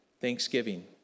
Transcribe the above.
thanksgiving